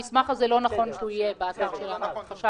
נכון שהמסמך הזה יהיה באתר של החשב.